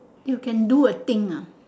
you can do a thing ah